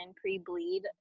pre-bleed